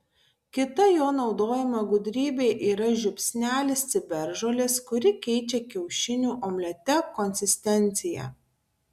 kita jo naudojama gudrybė yra žiupsnelis ciberžolės kuri keičia kiaušinių omlete konsistenciją